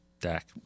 Dak